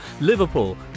Liverpool